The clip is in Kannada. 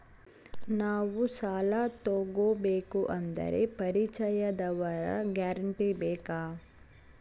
ನಾವು ಸಾಲ ತೋಗಬೇಕು ಅಂದರೆ ಪರಿಚಯದವರ ಗ್ಯಾರಂಟಿ ಬೇಕಾ?